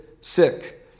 sick